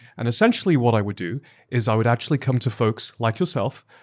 and essentially what i would do is i would actually come to folks like yourself,